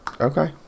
Okay